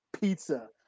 pizza